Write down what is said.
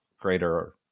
greater